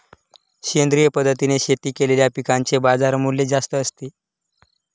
सेंद्रिय पद्धतीने शेती केलेल्या पिकांचे बाजारमूल्य जास्त असते